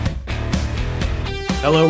Hello